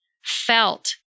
felt